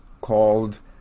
called